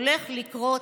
משהו חמור הולך לקרות,